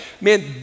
man